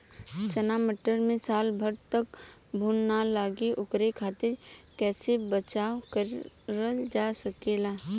चना मटर मे साल भर तक घून ना लगे ओकरे खातीर कइसे बचाव करल जा सकेला?